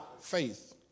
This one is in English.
faith